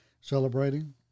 celebrating